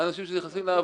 אנשים שנכנסים לעבוד,